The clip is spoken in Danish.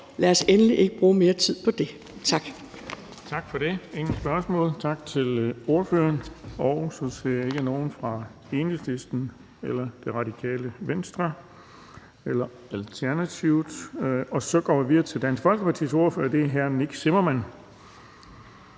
lad os endelig ikke bruge mere tid på det. Tak.